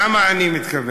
למה אני מתכוון?